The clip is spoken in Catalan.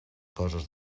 coses